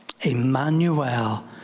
Emmanuel